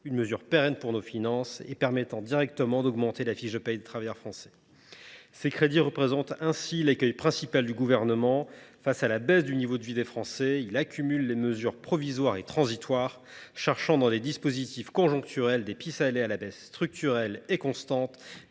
mesure serait pérenne pour nos finances et permettrait d’augmenter directement la rémunération des travailleurs français. Ces crédits représentent ainsi l’écueil principal du Gouvernement : face à la baisse du niveau de vie des Français, il accumule les mesures provisoires et transitoires, cherchant dans des dispositifs conjoncturels des pis aller à la baisse structurelle et constante